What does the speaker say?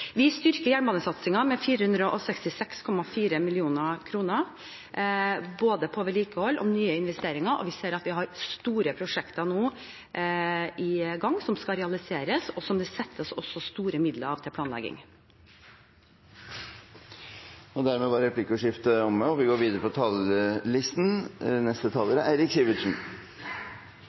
Vi styrker jernbanesatsingen med 466,4 mill. kr både på vedlikehold og nye investeringer, og vi ser at vi nå har store prosjekter i gang som skal realiseres, og som det også settes av store midler til med hensyn til planlegging. Dermed var replikkordskiftet omme. Fortellingen om Norge er historien om hvordan vi